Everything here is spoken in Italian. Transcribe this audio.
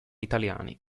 italiani